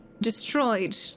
Destroyed